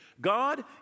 God